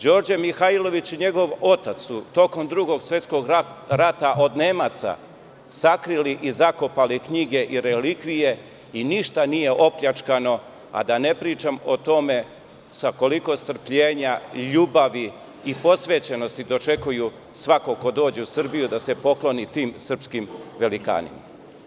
Đorđe Mihajlović i njegov otac su tokom Drugog svetskog rata od Nemaca sakrili i zakopali knjige i relikvije i ništa nije opljačkano, a da ne pričam o tome sa koliko strpljenja, ljubavi i posvećenosti dočekuju svakog ko dođe u Grčku da se pokloni tim srpskim velikanima.